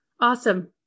Awesome